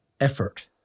effort